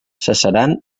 cessaran